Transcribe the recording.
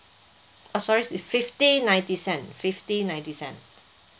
ah sorry fifty ninety cent fifty ninety cent